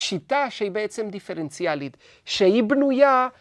‫שיטה שהיא בעצם דיפרנציאלית, ‫שהיא בנויה...